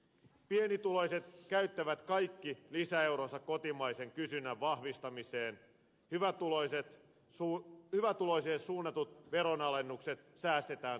pienituloiset käyttävät kaikki lisäeuronsa kotimaisen kysynnän vahvistamiseen hyvätuloisille suunnatut veronalennukset säästetään sukanvarteen